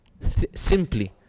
Simply